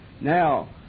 Now